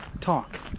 talk